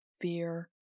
fear